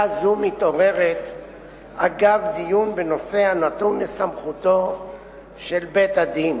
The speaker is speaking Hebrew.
זאת מתעוררת אגב דיון בנושא הנתון לסמכותו של בית-הדין,